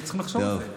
צריכים לחשוב על זה.